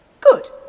Good